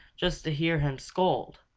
just to hear him scold,